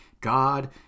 God